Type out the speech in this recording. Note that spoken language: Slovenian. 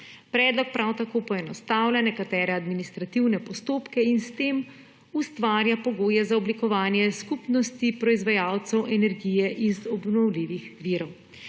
Predlog prav tako poenostavlja nekatere administrativne postopke in s tem ustvarja pogoje za oblikovanje skupnosti proizvajalcev energije iz obnovljivih virov.